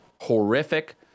horrific